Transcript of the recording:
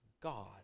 God